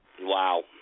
Wow